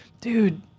dude